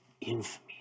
Infamy